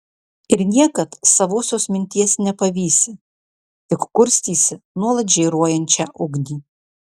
ir niekad savosios minties nepavysi tik kurstysi nuolat žėruojančią ugnį